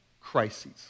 crises